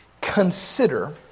consider